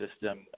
system